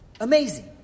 Amazing